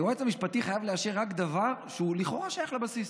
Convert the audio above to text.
היועץ המשפטי חייב לאשר רק דבר שלכאורה שייך לבסיס.